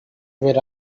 where